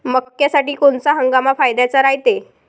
मक्क्यासाठी कोनचा हंगाम फायद्याचा रायते?